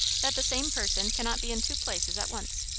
that the same person cannot be in two places at once!